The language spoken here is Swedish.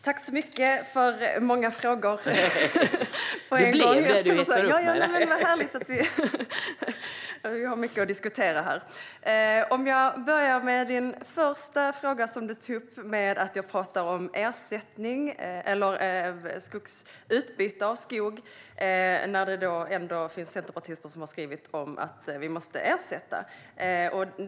Herr talman! Tack så mycket för många frågor på en gång, Monica Haider! Det är härligt att vi har mycket att diskutera här. Jag börjar med din första fråga om att jag talar om utbyte av skog medan det finns centerpartister som har skrivit att vi måste betala en ersättning.